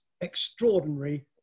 extraordinary